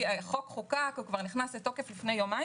החוק נחקק, הוא כבר נכנס לתוקף לפני יומיים.